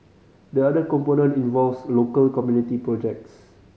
the other component involves local community projects